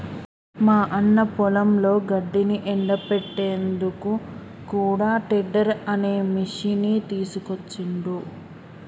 మా అన్న పొలంలో గడ్డిని ఎండపెట్టేందుకు కూడా టెడ్డర్ అనే మిషిని తీసుకొచ్చిండ్రు